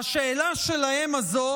והשאלה הזו